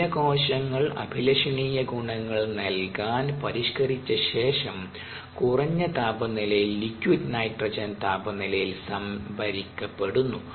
ചില കോശങ്ങൾ അഭിലഷണീയ ഗുണങ്ങൾ നൽകാൻ പരിഷ്കരിച്ചശേഷം കുറഞ്ഞ താപനിലയിൽ ലിക്വിഡ് നൈട്രജൻ താപനിലയിൽ സംഭരിക്കപ്പെടുന്നു